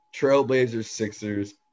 Trailblazers-Sixers